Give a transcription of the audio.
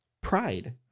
Pride